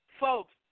Folks